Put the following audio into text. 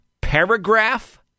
paragraph